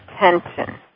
attention